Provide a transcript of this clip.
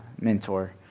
mentor